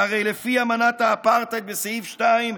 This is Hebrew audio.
שהרי לפי אמנת האפרטהייד בסעיף 2,